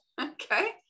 okay